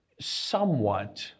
Somewhat